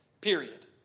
Period